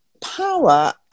power